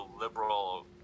liberal